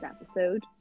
episode